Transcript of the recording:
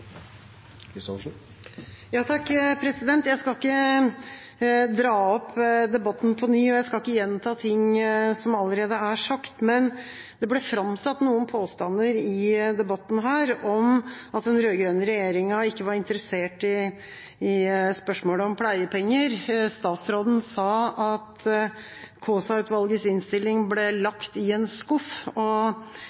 Jeg skal ikke dra opp debatten på ny, og jeg skal ikke gjenta ting som allerede er sagt, men det er framsatt noen påstander i debatten her om at den rød-grønne regjeringa ikke var interessert i spørsmålet om pleiepenger. Statsråden sa at Kaasa-utvalgets innstilling ble